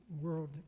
world